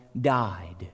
died